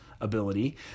ability